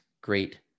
great